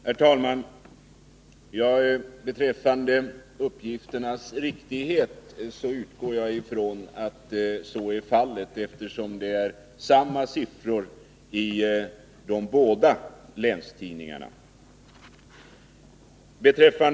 Herr talman! Beträffande uppgifternas riktighet utgår jag från att de är korrekta, eftersom det är samma siffror i de båda länstidningarna.